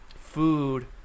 Food